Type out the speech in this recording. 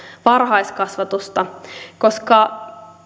varhaiskasvatusta koska